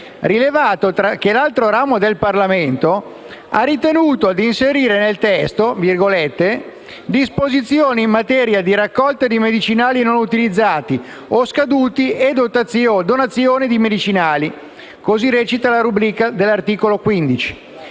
rilevato che l'altro ramo del Parlamento ha ritenuto di inserire nel testo disposizioni "in materia di raccolta di medicinali non utilizzati o scaduti e donazione di medicinali" (così recita la rubrica dell'articolo 15),